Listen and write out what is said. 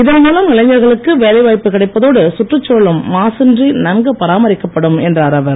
இதன் மூலம் இளைஞர்களுக்கு வேலை வாய்ப்பு கிடைப்பதோடு சுற்றுசூழலும் மாசின்றி நன்கு பராமரிக்கப்படும் என்றார் அவர்